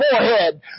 forehead